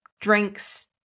drinks